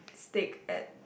steak at